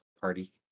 party